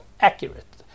accurate